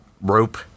rope